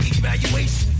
evaluation